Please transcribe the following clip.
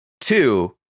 Two